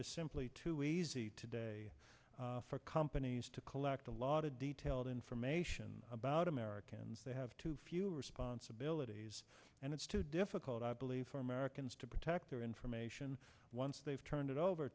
is simply too easy today for companies to collect a lot of detailed information about americans they have too few responsibilities and it's too difficult i believe for americans to protect their information once they've turned it over